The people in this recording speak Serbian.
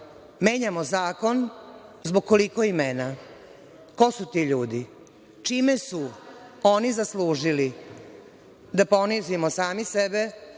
menjamo zakon zbog koliko imena? Ko su ti ljudi? Čime su oni zaslužili da ponizimo sami sebe